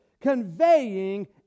conveying